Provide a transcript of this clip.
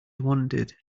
wandered